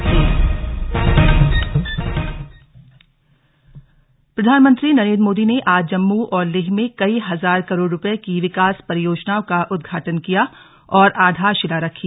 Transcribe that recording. PM दौरा प्रधानमंत्री नरेन्द्र मोदी ने आज जम्मू और लेह में कई हजार करोड़ रूपये की विकास परियोजनाओं का उद्घाटन किया और आधारशिला रखी